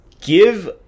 give